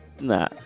Nah